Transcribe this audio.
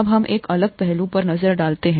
अब हम एक अलग पहलू पर नजर डालते हैं